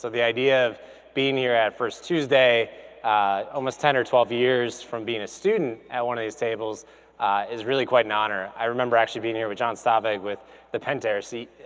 so the idea of being here at first tuesday almost ten or twelve years from being a student at one of these tables is really quite an honor. i remember actually being here with john stavig with the pantera ceo.